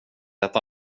lät